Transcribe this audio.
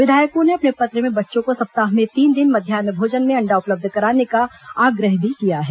विधायकों ने अपने पत्र में बच्चों को सप्ताह में तीन दिन मध्यान्ह भोजन में अण्डा उपलब्ध कराने का आग्रह भी किया है